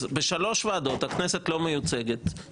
אז בשלוש ועדות הכנסת לא מיוצגת.